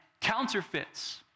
counterfeits